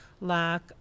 lack